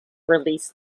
release